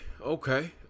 Okay